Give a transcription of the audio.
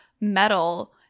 metal